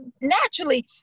naturally